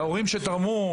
להורים שתרמו,